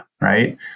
right